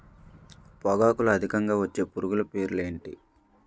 పొగాకులో అధికంగా వచ్చే పురుగుల పేర్లు ఏంటి